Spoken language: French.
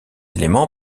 éléments